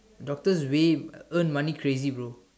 doctors really earn money crazy bro